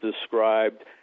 described